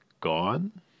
gone